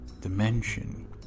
dimension